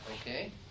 Okay